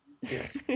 Yes